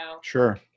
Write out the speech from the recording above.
Sure